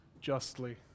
justly